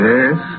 Yes